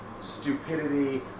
stupidity